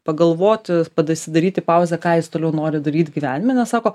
pagalvoti pada sidaryti pauzę ką jis toliau nori daryt gyvenime nes sako